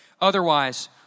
otherwise